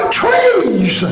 trees